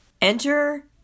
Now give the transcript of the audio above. Enter